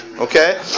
okay